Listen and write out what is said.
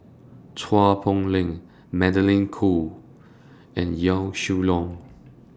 Chua Poh Leng Magdalene Khoo and Yaw Shin Leong